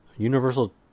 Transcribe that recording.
Universal